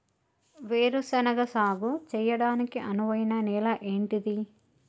వేరు శనగ సాగు చేయడానికి అనువైన నేల ఏంటిది?